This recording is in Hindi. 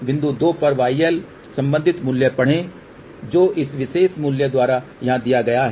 बिंदु 2 पर yL संबंधित मूल्य पढ़ें जो इस विशेष मूल्य द्वारा यहाँ दिया गया है